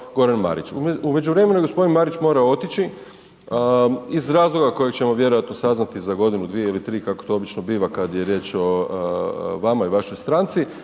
Goran Marić. U međuvremenu g. Marić je morao otići iz razloga kojeg ćemo vjerojatno saznati za godinu, dvije ili tri kako to obično biva kad je riječ o vama i vašoj stranci,